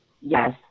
Yes